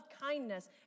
kindness